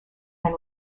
and